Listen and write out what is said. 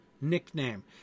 nickname